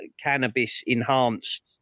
cannabis-enhanced